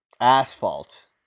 Asphalt